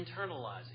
internalizing